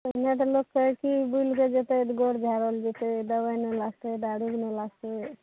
पहिने तऽ लोक कहय कि बुलिके जेतय तऽ गोर झाड़ल जेतय दवाइ नहि लागतय नहि लागतय